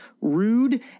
rude